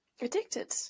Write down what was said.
addicted